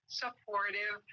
supportive